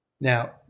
Now